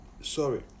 sorry